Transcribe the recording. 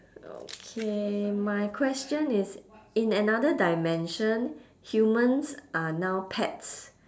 okay my question is in another dimension humans are now pets